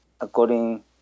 according